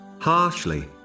harshly